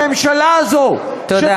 הממשלה הזו, תודה.